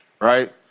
right